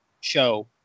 show